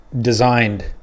designed